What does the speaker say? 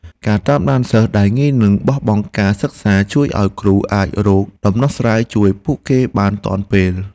ការតាមដានសិស្សដែលងាយនឹងបោះបង់ការសិក្សាជួយឱ្យគ្រូអាចរកដំណោះស្រាយជួយពួកគេបានទាន់ពេល។